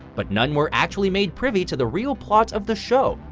but none were actually made privy to the real plot of the show.